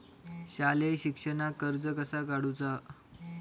शालेय शिक्षणाक कर्ज कसा काढूचा?